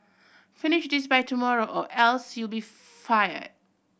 finish this by tomorrow or else you'll be fired